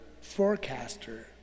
forecaster